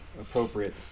appropriate